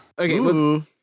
Okay